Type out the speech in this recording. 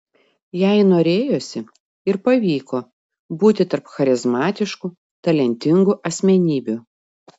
jai norėjosi ir pavyko būti tarp charizmatiškų talentingų asmenybių